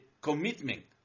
commitment